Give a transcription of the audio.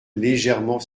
légèrement